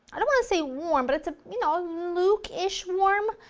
i don't want to say warm but it's ah you know luke-ish warm?